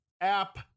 app